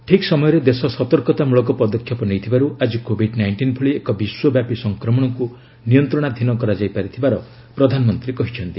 ଠିକ୍ ସମୟରେ ଦେଶ ସତର୍କତା ମୂଳକ ପଦକ୍ଷେପ ନେଇଥିବାରୁ ଆଜି କୋଭିଡ୍ ନାଇଷ୍ଟିନ୍ ଭଳି ଏକ ବିଶ୍ୱବ୍ୟାପୀ ସଂକ୍ରମଣକୁ ନିୟନ୍ତ୍ରଣାଧୀନ କରାଯାଇ ପାରିଥିବାର ପ୍ରଧାନମନ୍ତ୍ରୀ କହିଛନ୍ତି